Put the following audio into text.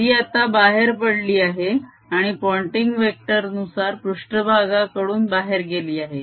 ती आता बाहेर पडली आहे आणि पोंटिंग वेक्टर नुसार पृष्ट्भागाकडून बाहेर गेली आहे